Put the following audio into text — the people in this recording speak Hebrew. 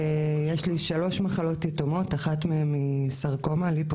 יש לי שלוש מחלות יתומות, אחת מהן היא ליפוסרקומה